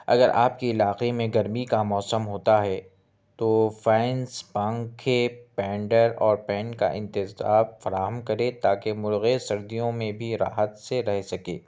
اگر آپ کے علاقے میں گرمی کا موسم ہوتا ہے تو فینس پنکھے اور پین کا انتظام فراہم کرے تاکہ مرغے سردیوں میں بھی راحت سے رہ سکے